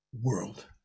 world